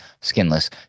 skinless